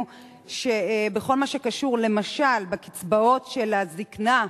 שבכל מה שקשור למשל בקצבאות של הזיקנה והשאירים,